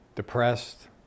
depressed